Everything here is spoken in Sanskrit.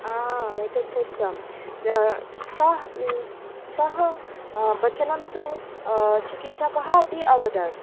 आम् एतत् सत्यं सः सः वचनं तु चिकित्सा कः अपि अवदत्